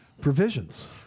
provisions